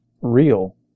real